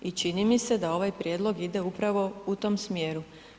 I čini mi se da ovaj prijedlog ide upravo u tom smjeru.